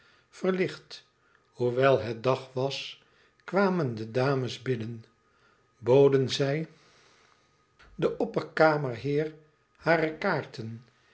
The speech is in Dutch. verlicht hoewel het dag was kwamen de dames binnen boden zij den opperkamerheer hare kaarten